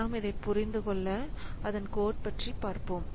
நாம் இதை புரிந்து கொள்ள அதன் கோட் பற்றி பார்ப்போம்